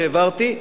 שהעברתי,